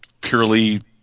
purely